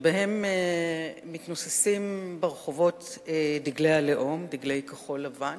שבהם מתנוססים ברחובות דגלי הלאום, דגלי כחול-לבן,